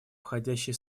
входящие